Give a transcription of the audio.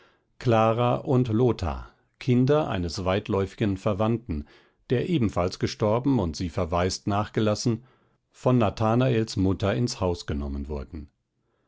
clara und lothar kinder eines weitläuftigen verwandten der ebenfalls gestorben und sie verwaist nachgelassen von nathanaels mutter ins haus genommen wurden